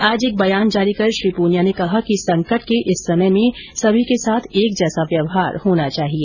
आज एक बयान जारी कर श्री प्रनिया ने कहा कि संकट के इस समय में सभी के साथ एक जैसा व्यवहार होना चाहिए